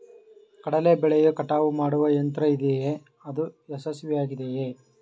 ಕಡಲೆ ಬೆಳೆಯ ಕಟಾವು ಮಾಡುವ ಯಂತ್ರ ಇದೆಯೇ? ಅದು ಯಶಸ್ವಿಯಾಗಿದೆಯೇ?